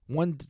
one